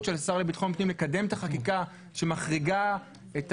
של השר לביטחון פנים לקדם את החקיקה שמחריגה את